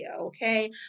Okay